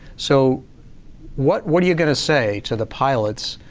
so what what are you going to say to the pilots,